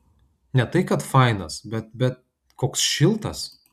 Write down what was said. ne tai kad fainas bet bet koks šiltas